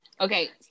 okay